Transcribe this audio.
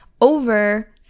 over